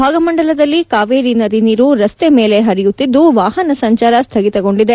ಭಾಗಮಂಡಲದಲ್ಲಿ ಕಾವೇರಿ ನದಿ ನೀರು ರಸ್ತೆ ಮೇಲೆ ಹರಿಯುತ್ತಿದ್ದು ವಾಹನ ಸಂಚಾರ ಸ್ಥಗಿತಗೊಂಡಿದೆ